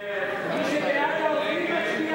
מי שבעד העובדים מצביע